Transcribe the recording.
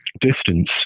distance